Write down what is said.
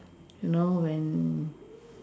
you know when